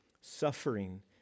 suffering